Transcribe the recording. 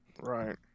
Right